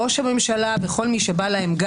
ראש הממשלה וכל מי שבא להם,